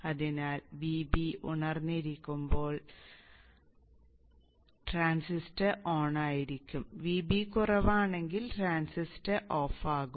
അതിനാൽ Vb ഉയർന്നിരിക്കുമ്പോൾ transistor on ആയിരിക്കും Vb കുറവാണെങ്കിൽ ട്രാൻസിസ്റ്റർ ഓഫാകും